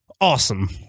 Awesome